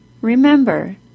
Remember